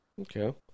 Okay